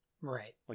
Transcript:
Right